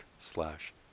slash